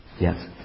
yes